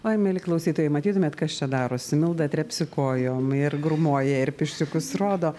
oi mieli klausytojai matytumėt kas čia darosi milda trepsi kojom ir grūmoja ir pirščiukus rodo